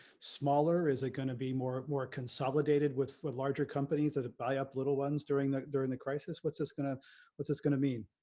smaller, is it going to be more more consolidated with with larger companies that have buy up little ones during that during the crisis? what's this gonna what's this gonna mean?